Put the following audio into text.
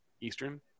Eastern